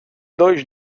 dois